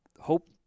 hope